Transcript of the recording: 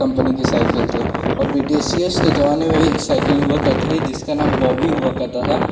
company की cycle थे और ब्रिटिसियस के ज़माने में भी एक साइकिल हुआ करती थी जिसका नाम बॉबी हुआ करता था